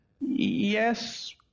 Yes